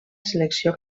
selecció